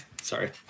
Sorry